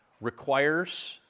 requires